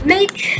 Make